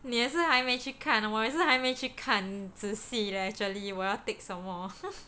你也是还没去看我也是还没去看仔细 leh actually 我要 take some more